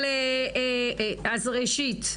ראשית,